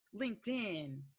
LinkedIn